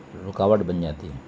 رکاوٹ بن جاتی ہے